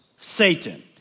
Satan